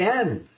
end